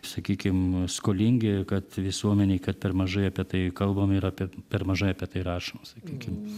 sakykim skolingi kad visuomenei kad per mažai apie tai kalbam ir apie per mažai apie tai rašoma sakykim